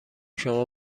شما